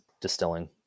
distilling